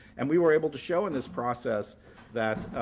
and we were able to show in this process that